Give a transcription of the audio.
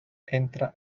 entra